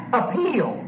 appeal